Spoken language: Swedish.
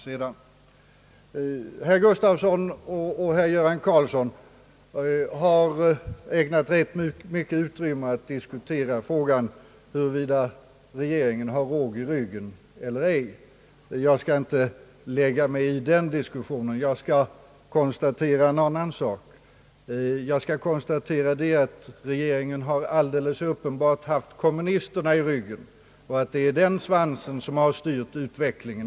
Herr Nils-Eric Gustafsson och herr Göran Karlsson har ägnat rätt stort utrymme åt att diskutera frågan huruvida regeringen har råg i ryggen eller ej. Jag skall inte lägga mig i den diskussionen. Jag skall endast konstatera en annan sak, nämligen att regeringen alldeles uppenbart har haft kommunisterna i ryggen och att det är den svansen som har styrt utvecklingen.